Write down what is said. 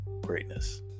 greatness